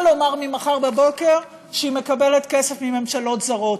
לומר ממחר בבוקר שהיא מקבלת כסף מממשלות זרות.